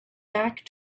back